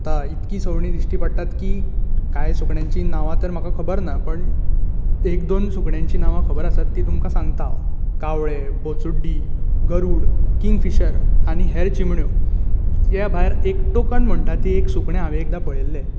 आता इतकीं सवणीं दिश्टी पडटात की कांय सुकण्यांची नांवां तर म्हाका खबर ना पण एक दोन सुकण्यांची नावां खबर आसात ती तुमकां सांगता हांव कावळें बोचुड्डी गरुड किंगफिशर आनी हेर चिमण्यों त्या भायर एक टोकण म्हणटा ती सुकणें हांवेन एकदां पळयल्लें